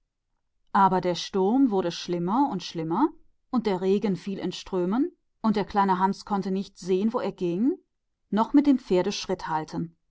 aber der sturm wurde immer schlimmer und der regen fiel in strömen und klein hans konnte nicht mehr sehen wo er ging und nicht mehr mit dem